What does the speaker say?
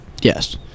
Yes